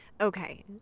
Okay